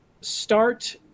start